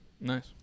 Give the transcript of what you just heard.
Nice